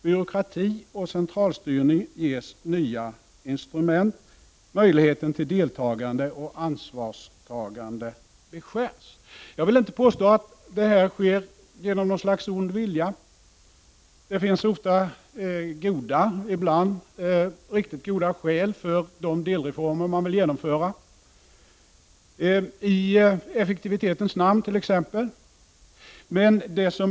Byråkrati och centralstyrning ges nya instrument; möjligheten till deltagande och ansvarstagande beskärs. Jag vill inte påstå att detta sker genom något slags ond vilja. Det finns ofta goda, ibland riktigt goda, skäl för de delreformer man vill genomföra. En del genomförs t.ex. i effektivitetens namn.